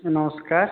ନମସ୍କାର